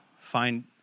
find